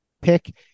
pick